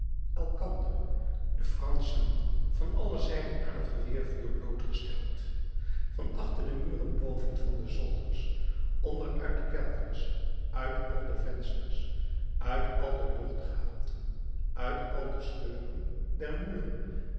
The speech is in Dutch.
elkander de franschen van alle zijden aan het geweervuur blootgesteld van achter de muren boven van de zolders onder uit de kelders uit al de vensters uit al de luchtgaten uit al de scheuren der muren